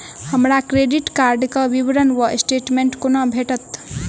हमरा credit card केँ विवरण वा स्टेटमेंट कोना भेटत?